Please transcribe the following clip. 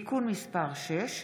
(תיקון מס' 6),